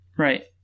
Right